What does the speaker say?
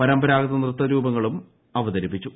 പരമ്പരാഗത നൃത്ത രൂപങ്ങളും അതരിപ്പിച്ചു